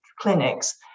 clinics